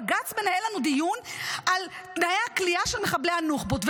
בג"ץ מנהל לנו דיון על תנאי הכליאה של מחבלי הנוח'בות.